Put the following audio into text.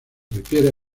refiere